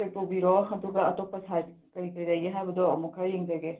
ꯄꯦꯛ ꯇꯧꯕꯤꯔꯣ ꯑꯗꯨꯒ ꯑꯇꯣꯞꯄ ꯁꯥꯏꯠ ꯀꯔꯤ ꯀꯔꯤ ꯂꯩꯒꯦ ꯍꯥꯏꯕꯗꯣ ꯑꯃꯨꯛ ꯈꯔ ꯌꯦꯡꯖꯒꯦ